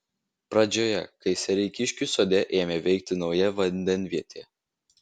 pradžioje kai sereikiškių sode ėmė veikti nauja vandenvietė